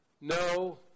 No